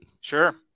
Sure